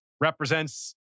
represents